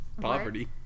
Poverty